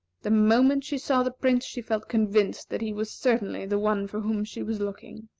the moment she saw the prince, she felt convinced that he was certainly the one for whom she was looking.